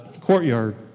courtyard